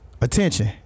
attention